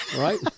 right